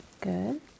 Good